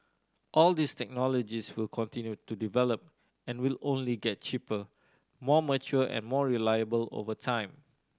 all these technologies will continue to develop and will only get cheaper more mature and more reliable over time